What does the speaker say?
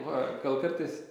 va gal kartais